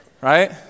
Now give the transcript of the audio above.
Right